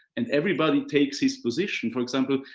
and everybody takes his position. for example,